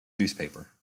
newspaper